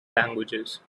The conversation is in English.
languages